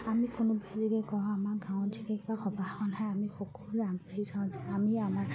আমি কোনোবাই যদি কওঁ আমাৰ গাঁৱত যদি বা সভা এখন হয় আমি সকলোৱে আগবাঢ়ি যাওঁ যে আমি আমাৰ